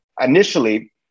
initially